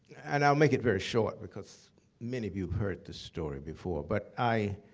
and i'll make it very short because many of you've heard this story before. but i